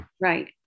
right